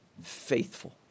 faithful